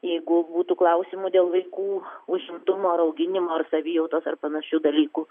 jeigu būtų klausimų dėl vaikų užimtumo ar auginimo ar savijautos ar panašių dalykų